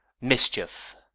Mischief